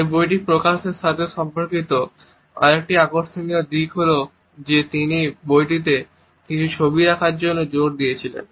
এই বইটি প্রকাশের সাথে সম্পর্কিত আরেকটি আকর্ষণীয় দিক হল যে তিনি বইটিতে কিছু ছবি রাখার জন্য জোর দিয়েছিলেন